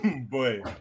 boy